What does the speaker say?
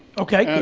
okay,